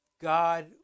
God